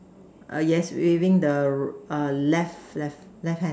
err yes waving the a left left left hand up